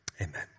amen